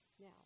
Now